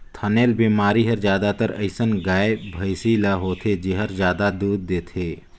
थनैल बेमारी हर जादातर अइसन गाय, भइसी ल होथे जेहर जादा दूद देथे